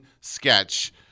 sketch